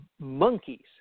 monkeys